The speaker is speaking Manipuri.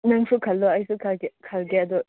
ꯅꯪꯁꯨ ꯈꯜꯂꯣ ꯑꯩꯁꯨ ꯈꯟꯒꯦ ꯈꯜꯂꯒꯦ ꯑꯗꯣ